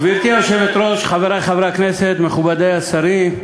גברתי היושבת-ראש, חברי חברי הכנסת, מכובדי השרים,